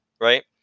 right